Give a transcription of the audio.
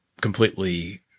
completely